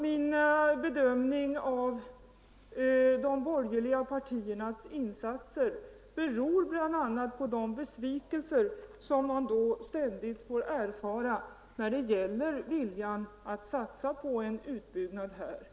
Min bedömning av de borgerliga partiernas insatser beror bl.a. på de besvikelser man ständigt får erfara när det gäller viljan att satsa på en utbyggnad inom detta område.